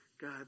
God